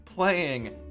playing